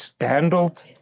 handled